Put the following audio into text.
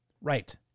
Right